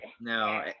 no